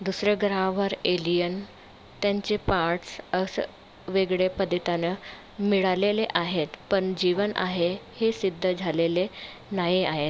दुसऱ्या ग्रहावर एलियन त्यांचे पार्ट्स असं वेगळे पदे त्यांना मिळालेले आहेत पण जीवन आहे हे सिद्ध झालेले नाही आहे